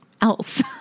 else